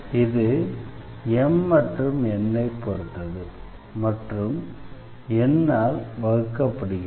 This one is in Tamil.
இது M மற்றும் N ஐப் பொறுத்தது மற்றும் N ஆல் வகுக்கப்படுகிறது